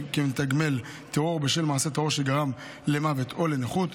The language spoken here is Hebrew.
מתגמל טרור בשל מעשה טרור שגרם למוות או לנכות,